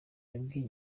yabwiye